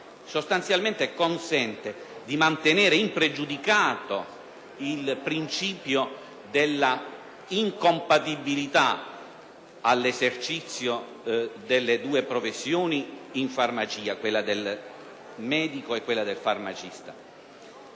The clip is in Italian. sanitarie, consente di mantenere impregiudicato il principio dell'incompatibilità dell'esercizio delle due professioni in farmacia, quella del medico e quella del farmacista.